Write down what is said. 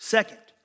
Second